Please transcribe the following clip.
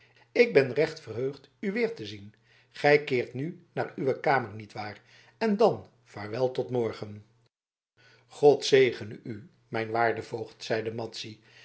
ik ben recht verheugd u weer te zien gij keert nu naar uwe kamer nietwaar en dan vaarwel tot morgen god zegene u mijn waarde voogd zeide